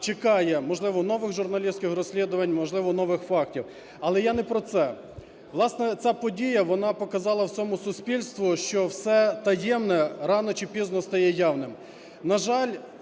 чекає, можливо, нових журналістських розслідувань, можливо, нових фактів. Але я не про це. Власне, ця подія, вона показала всьому суспільству, що все таємне рано чи пізно стає явним.